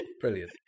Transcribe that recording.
Brilliant